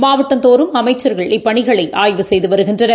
மாவட்டந்தோறும் அமைச்சர்கள் இப்பணிகளைஆய்வு செய்துவருகின்றனர்